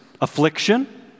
affliction